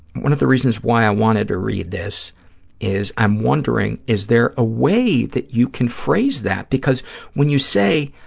one of the reasons why i wanted to read this is, i'm wondering, is there a way that you can phrase that, because when you say,